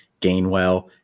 Gainwell